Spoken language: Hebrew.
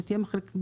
שתהיה מחלקת,